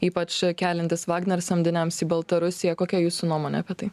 ypač keliantis vagner samdiniams į baltarusiją kokia jūsų nuomonė apie tai